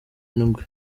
ndwi